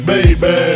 Baby